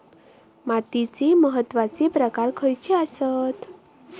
मातीचे महत्वाचे प्रकार खयचे आसत?